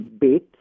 bit